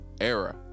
era